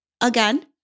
again